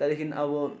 त्यहाँदेखि अब